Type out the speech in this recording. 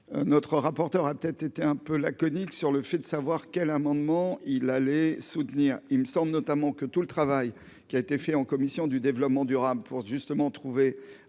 notre rapporteur a peut-être été un peu laconique sur le fait de savoir quels amendements il allait soutenir, il me semble notamment que tout le travail qui a été fait en commission du développement durable pour justement trouver